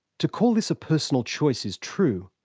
to call this a personal choice is true,